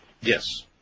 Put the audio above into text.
Yes